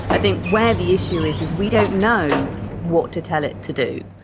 i think where the issue is is we don't know what to tell it to do.